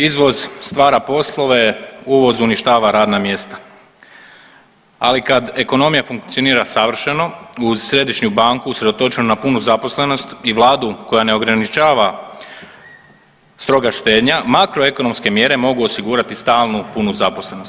Izvoz stvara poslove, uvoz uništava radna mjesta, ali kad ekonomija funkcionira savršeno uz središnju banku usredotočenu na punu zaposlenost i vladu koja ne ograničava stroga štednja, makroekonomske mjere mogu osigurati stalnu punu zaposlenost.